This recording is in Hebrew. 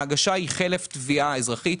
ההגשה היא חלף תביעה אזרחית,